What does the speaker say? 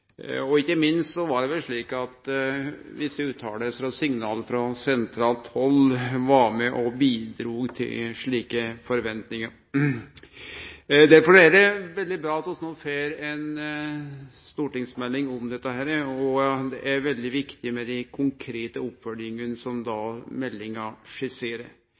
Ikkje minst var visse utsegner og signal frå sentralt hald med på å bidra til slike forventningar. Derfor er det veldig bra at vi no får ei stortingsmelding om dette, og det er veldig viktig med dei konkrete oppfølgingane som meldinga skisserer.